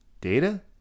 Data